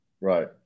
Right